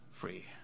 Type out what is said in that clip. free